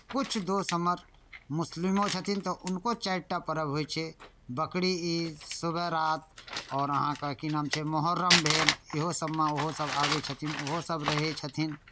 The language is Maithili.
किछु दोस्त हमर मुस्लिमो छथिन तऽ हुनको चारि टा पर्व होइत छै बकरीद सवेबारात आओर अहाँके की नाम छै मुहर्रम भेल इहो सभमे ओहोसभ आबै छथिन ओहोसभ रहै छथिन